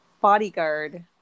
bodyguard